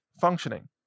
functioning